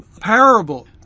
parable